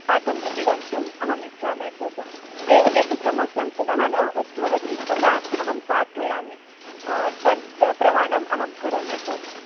पाठं प्रति गन्तुम् अहम् इच्छामि अग्रज एव एतत् समस्यां पुनः न उद्भवति ततः अहं पाठयामि तद् प्रमाणम् अहं करोमि अग्रज